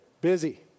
Busy